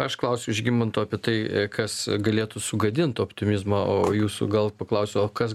aš klausiau žygimanto apie tai kas galėtų sugadint optimizmą jūsų gal paklausiu o kas